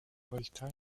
volta